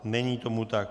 Není tomu tak.